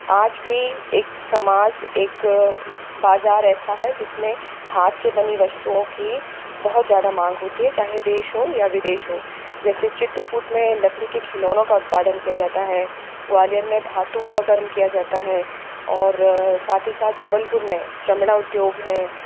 आज भी एक समाज एक बाज़ार ऐसा है जिसमें हाथ से बनी वस्तुओं की बहुत ज़्यादा मांग होती है चाहे देश हो या विदेश हो जैसे चित्रकूट में लकड़ी के खिलौने का उत्पादन किया जाता है ग्वालियर में धातु का कर्म किया जाता है और साथ ही साथ जबलपुर में चमड़ा उद्योग है